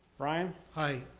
ryan. hi.